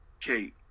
Kate